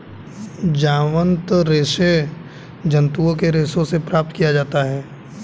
जांतव रेशे जंतुओं के रेशों से प्राप्त किया जाता है